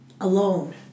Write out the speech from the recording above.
alone